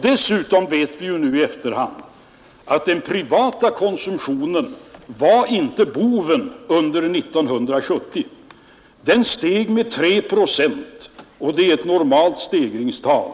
Dessutom vet vi ju nu i efterhand att den privata konsumtionen inte var boven under 1970. Den steg med tre procent, och det är ett normalt stegringstal.